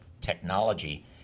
technology